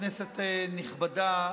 כנסת נכבדה,